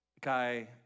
guy